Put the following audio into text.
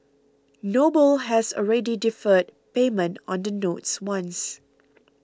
noble has already deferred payment on the notes once